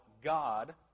God